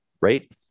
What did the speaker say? right